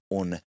on